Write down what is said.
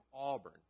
Auburn